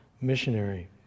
missionary